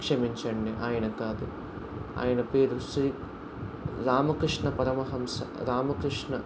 క్షమించండి ఆయన కాదు ఆయన పేరు శ్రీరామకృష్ణ పరమహంస రామకృష్ణ